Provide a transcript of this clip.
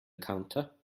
counter